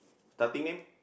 starting name